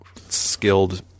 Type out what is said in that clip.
skilled